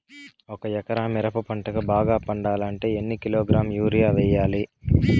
ఒక ఎకరా మిరప పంటకు బాగా పండాలంటే ఎన్ని కిలోగ్రామ్స్ యూరియ వెయ్యాలి?